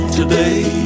today